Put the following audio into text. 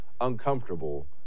uncomfortable